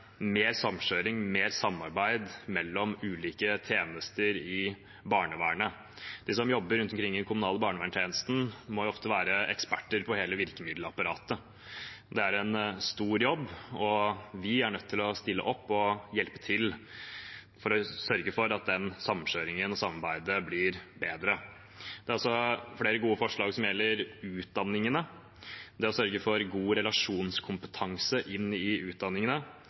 mer samkjøring og mer samarbeid mellom ulike tjenester i barnevernet. De som jobber rundt omkring i den kommunale barnevernstjenesten, må ofte være eksperter på hele virkemiddelapparatet. Det er en stor jobb, og vi er nødt til å stille opp og hjelpe til for å sørge for at samkjøringen og samarbeidet blir bedre. Det er også flere gode forslag som gjelder utdanningene – det å sørge for god relasjonskompetanse i utdanningene,